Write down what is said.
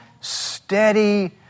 steady